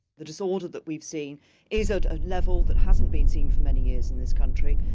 the disorder that we've seen is at a level that hasn't been seen for many years in this country.